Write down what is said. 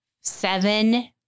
seven